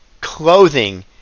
clothing